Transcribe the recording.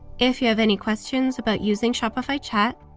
if you have any questions about using shopify chat,